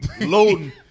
Loading